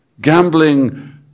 gambling